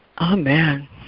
Amen